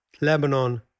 Lebanon